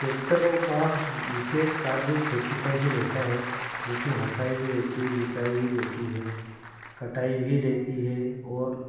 ट्रैक्टरों का विशेष कार्य खेती का ही रहता है जिसमें हकाई भी रहती है जुताई भी रहती है कटाई भी रहती है और